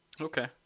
Okay